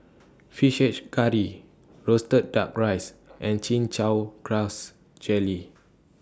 Fish Head Curry Roasted Duck Rice and Chin Chow Grass Jelly